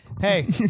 hey